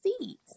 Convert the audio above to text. seeds